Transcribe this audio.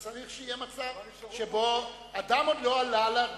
צריך שיהיה מצב שבו, אדם עוד לא עלה לדוכן,